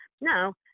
No